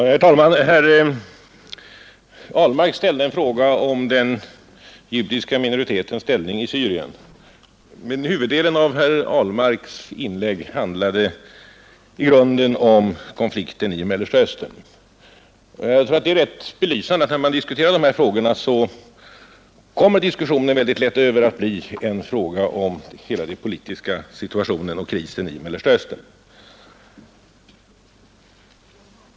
Herr talman! Herr Ahlmarks fråga gäller den judiska minoritetens ställning i Syrien, men huvuddelen av herr Ahlmarks inlägg handlade i grunden om konflikten i Mellersta Östern. Detta belyser rätt väl det förhållandet att diskussionen av dessa frågor mycket lätt övergår till att gälla den politiska situationen och krisen i Mellersta Östern.